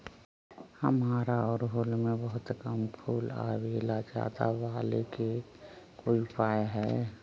हमारा ओरहुल में बहुत कम फूल आवेला ज्यादा वाले के कोइ उपाय हैं?